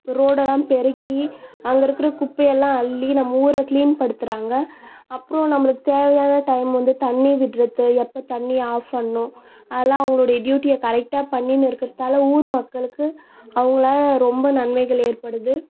ரோடெல்லாம் பெருக்கி அங்கே இருக்கிற குப்பையெல்லாம் அள்ளி நம்ம ஊரை க்ளீன்படுத்துறாங்க அப்புறம் நம்பளுக்கு தேவையான டைம் வந்து தண்ணி விடுறது எப்போ தண்ணி ஆஃப் பண்ணணும் அதெல்லாம் அவங்களுடைய டியூட்டியை கரெக்டாக பண்ணினு இருக்கிறதால ஊர் மக்களுக்கு அவங்களால ரொம்ப நன்மைகள் ஏற்படுது